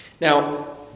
Now